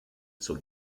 zur